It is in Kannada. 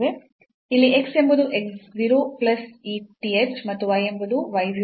ಇಲ್ಲಿ x ಎಂಬುದು x 0 plus ಈ th ಮತ್ತು y ಎಂಬುದು y 0 plus tk